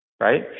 right